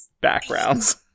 backgrounds